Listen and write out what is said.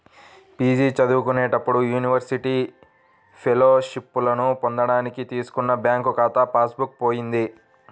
PG చదువుకునేటప్పుడు university ఫెలోషిప్పులను పొందడానికి తీసుకున్న బ్యాంకు ఖాతా పాస్ బుక్ పోయింది